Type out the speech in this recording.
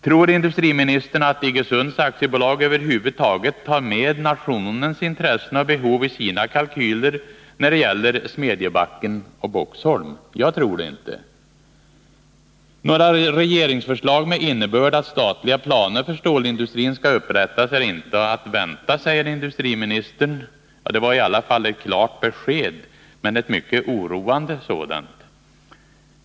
Tror industriministern att Iggesunds AB över huvud taget tar med nationens intressen och behov i sina kalkyler när det gäller samgående mellan Smedjebacken och Boxholm? Jag tror det inte! Några regeringsförslag med innebörd att statliga planer för stålindustrin skall upprättas är inte att vänta, säger industriministern. Det var i alla fall ett klart besked, men ett mycket oroande sådant.